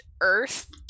earth